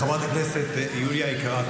חברת הכנסת יוליה היקרה,